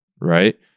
right